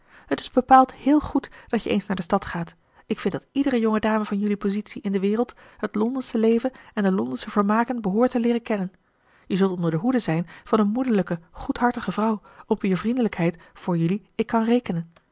het is bepaald héél goed dat je eens naar de stad gaat ik vind dat iedere jonge dame van jelui positie in de wereld het londensche leven en de londensche vermaken behoort te leeren kennen je zult onder de hoede zijn van een moederlijke goedhartige vrouw op wier vriendelijkheid voor jelui ik kan rekenen